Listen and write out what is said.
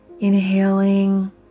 Inhaling